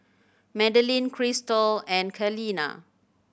Madaline Christal and Kaleena